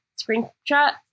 screenshot